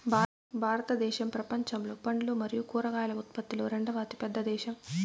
భారతదేశం ప్రపంచంలో పండ్లు మరియు కూరగాయల ఉత్పత్తిలో రెండవ అతిపెద్ద దేశం